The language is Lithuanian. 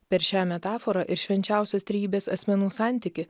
per šią metaforą ir švenčiausios trejybės asmenų santykį